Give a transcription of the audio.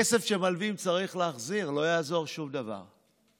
כסף שמלווים צריך להחזיר, לא יעזור שום דבר.